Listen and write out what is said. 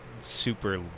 super